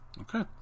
Okay